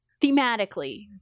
thematically